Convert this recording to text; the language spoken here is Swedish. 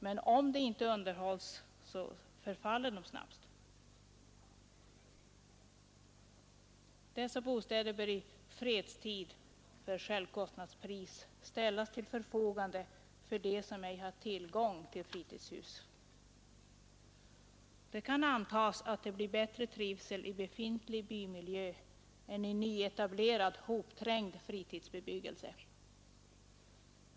Men om de inte underhålls, så förfaller de snabbt. Dessa bostäder bör i fredstid, för självkostnadspris, ställas till förfogande för dem som ej har tillgång till fritidshus. Det kan antas att det blir bättre trivsel i befintlig bymiljö än i nyetablerad, hopträngd fritidsbebyggelse.